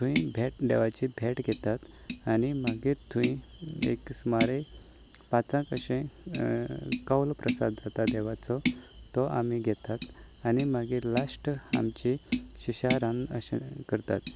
थंय देवाची भेट घेतात आनी मागीर थुंय एक सुमारेक पांचाक अशें कौल प्रसाद जाता देवाचो तो आमी घेतात आनी मागीर लास्ट आमची शिशारान्न अशें करतात